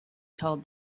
told